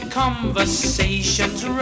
conversation's